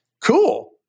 Cool